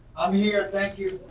i'm here, thank you.